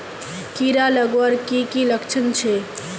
कीड़ा लगवार की की लक्षण छे?